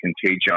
contagion